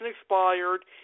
expired